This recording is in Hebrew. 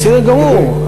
בסדר גמור.